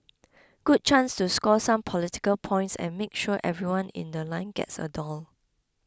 good chance to score some political points and make sure everyone in The Line gets the doll